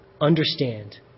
understand